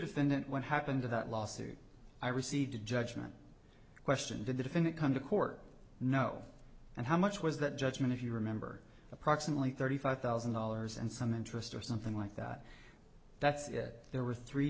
defendant what happened to that lawsuit i received a judgment question did the defendant come to court no and how much was that judgment if you remember approximately thirty five thousand dollars and some interest or something like that that's it there were three